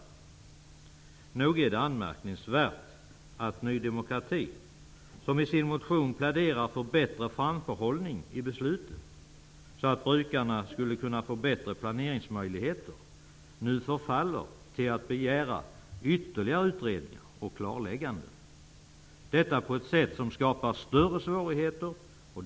Nog är det anmärkningsvärt att Ny demokrati, som i sin motion pläderar för en bättre framförhållning i besluten, så att brukarna skulle kunna få bättre planeringsmöjligheter, nu förfaller till att begära ytterligare utredning och klarläggande. Det görs på ett sätt som skapar större svårigheter.